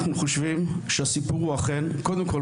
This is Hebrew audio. קודם כל,